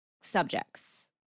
subjects